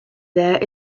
there